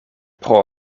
pro